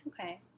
Okay